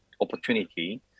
opportunity